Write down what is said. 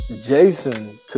Jason